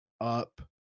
up